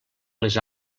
les